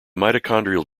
mitochondrial